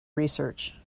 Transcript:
research